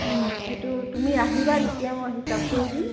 অঁ সেইটো তুমি আহিবা তেতিয়া মই হিচাপ কৰি দিম